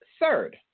Third